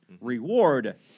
Reward